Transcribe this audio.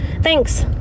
Thanks